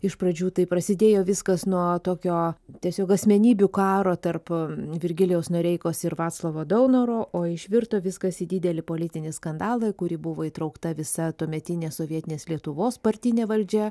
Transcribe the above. iš pradžių tai prasidėjo viskas nuo tokio tiesiog asmenybių karo tarp virgilijaus noreikos ir vaclovo daunoro o išvirto viskas į didelį politinį skandalą į kurį buvo įtraukta visa tuometinė sovietinės lietuvos partinė valdžia